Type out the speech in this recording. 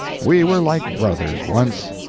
we were like brothers once,